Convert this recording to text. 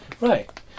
Right